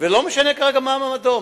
ולא משנה כרגע מה מעמדו.